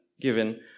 given